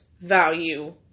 value